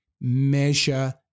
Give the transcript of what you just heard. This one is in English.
measure